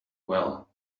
well